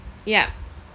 yup